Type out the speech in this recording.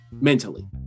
mentally